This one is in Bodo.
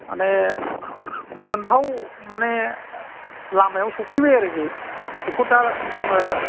माने गोजोन्थाव माने लामायाव सफैबाय आरो खि बेखौ दा जोङो